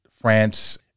France